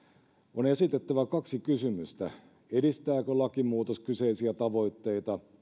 on esitettävä kaksi kysymystä edistääkö lakimuutos kyseisiä tavoitteita